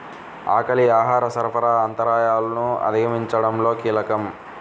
ఆకలి ఆహార సరఫరా అంతరాయాలను అధిగమించడంలో కీలకం